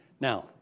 Now